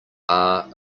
are